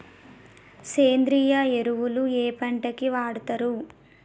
సేంద్రీయ ఎరువులు ఏ పంట కి వాడుతరు?